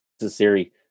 necessary